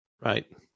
right